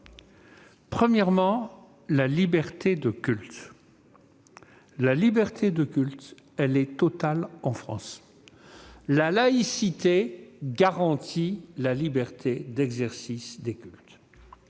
Premier principe : la liberté de culte. Elle est totale en France. La laïcité garantit la liberté d'exercice des cultes.